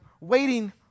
waiting